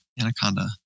Anaconda